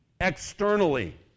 externally